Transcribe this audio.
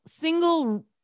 single